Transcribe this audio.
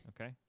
Okay